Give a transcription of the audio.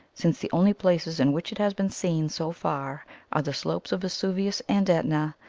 since the only places in which it has been seen so far are the slopes of vesuvius and etna,